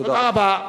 תודה רבה.